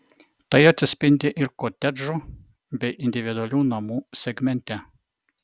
tai atsispindi ir kotedžų bei individualių namų segmente